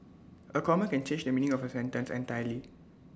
A common can change the meaning of A sentence entirely